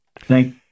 Thank